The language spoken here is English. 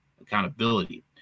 accountability